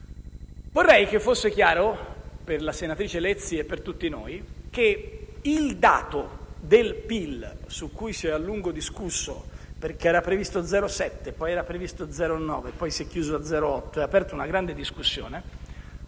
Vorrei che fosse chiaro, per la senatrice Lezzi e per tutti noi, che il dato del PIL, su cui si è a lungo discusso perché era previsto lo 0,7, poi lo 0,9 e si è chiuso a 0,8 (e ciò ha aperto una grande discussione),